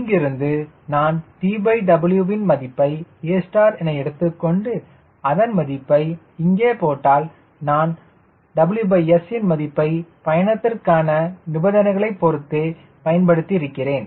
இங்கிருந்து நான் TW ன் மதிப்பை A என எடுத்துக்கொண்டு அதன் மதிப்பை இங்கே போட்டால் நான் WS ன் மதிப்பை பயணத்திற்கான நிபந்தனைகளை பொருத்தே பயன்படுத்தியிருக்கிறேன்